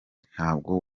ntabwo